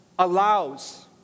Allows